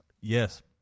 Yes